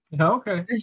Okay